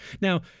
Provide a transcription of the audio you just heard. Now